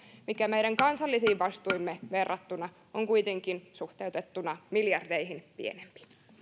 mikä meidän kansallisiin vastuisiimme verrattuna suhteutettuna miljardeihin pienempi